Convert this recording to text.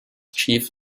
chief